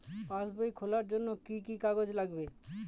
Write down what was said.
পাসবই খোলার জন্য কি কি কাগজ লাগবে?